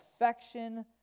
affection